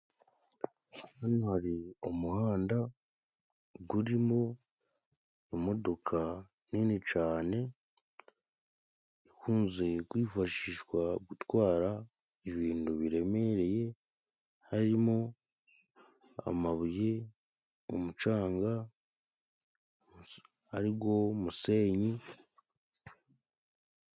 Hano hari umuhanda gurimo imodoka nini cane ikunzwe kwifashishwa gutwara ibintu biremereye harimo amabuye, umucanga arigo musenyi.